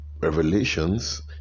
Revelations